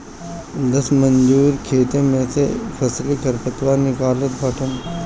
दस मजूर खेते में से फसली खरपतवार निकालत बाटन